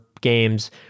games